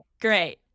great